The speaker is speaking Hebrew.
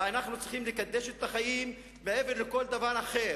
ואנחנו צריכים לקדש את החיים מעבר לכל דבר אחר.